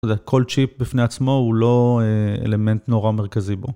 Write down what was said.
כל צ'יפ בפני עצמו הוא לא אלמנט נורא מרכזי בו